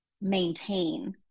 maintain